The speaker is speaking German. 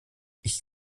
ich